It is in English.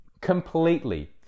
completely